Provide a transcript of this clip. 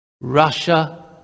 Russia